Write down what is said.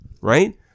right